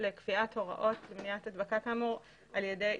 לקביעת הוראות למניעת הדבקה כאמור על ידי.